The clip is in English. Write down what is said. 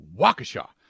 Waukesha